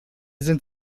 sind